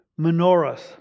menorahs